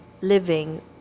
living